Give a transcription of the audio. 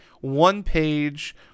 one-page